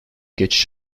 geçiş